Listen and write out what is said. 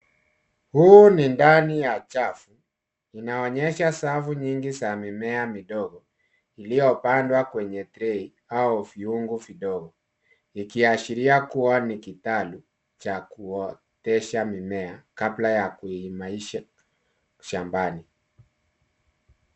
Huu ni ndani ya chafu. Inaonyesha safu nyingi za mimea midogo iliyopandwa kwenye tray au viungo vidogo ikiashiria kuwa ni kitalu cha kuotesha mimea kabla ya kuimarisha shambani.